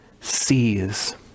sees